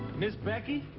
miss becky,